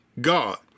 God